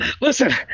Listen